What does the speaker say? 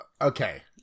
Okay